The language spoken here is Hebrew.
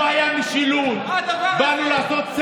יש לכם מאבטחים מחוץ לבית אז הכול